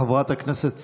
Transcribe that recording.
חברת הכנסת סטרוק,